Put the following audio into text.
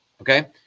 okay